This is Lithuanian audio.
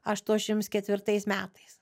aštuoniasdešimts ketvirtais metais